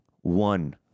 one